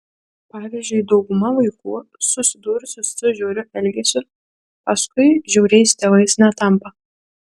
pavyzdžiui dauguma vaikų susidūrusių su žiauriu elgesiu paskui žiauriais tėvais netampa